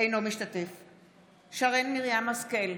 אינו משתתף בהצבעה שרן מרים השכל,